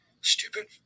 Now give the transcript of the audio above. stupid